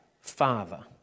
Father